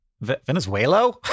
Venezuela